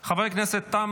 את הצעת חוק העונשין (תיקון,